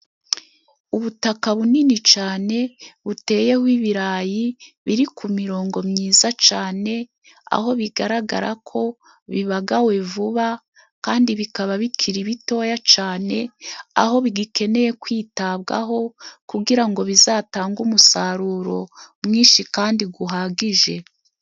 Ubutaka bunini cyane buteyeho ibirayi biri ku mirongo myiza cyane, aho bigaragara ko bibagawe vuba, kandi bikaba bikiri bitoya cyane, aho bigikeneye kwitabwaho kugira ngo bizatange umusaruro mwinshi kandi uhagije.